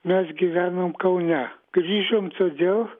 mes gyvenom kaune kryžium todėl